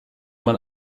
man